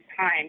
time